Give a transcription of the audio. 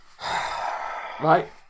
Right